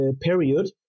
period